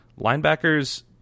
Linebackers